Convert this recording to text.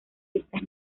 listas